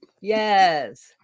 Yes